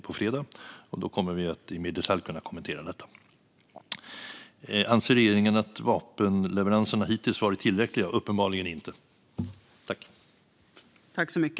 Då kommer vi att kunna kommentera detta mer i detalj. När det gäller om regeringen anser att vapenleveranserna hittills varit tillräckliga har de uppenbarligen inte varit det.